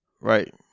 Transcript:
Right